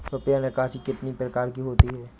रुपया निकासी कितनी प्रकार की होती है?